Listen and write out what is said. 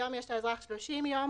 היום יש לאזרח 30 יום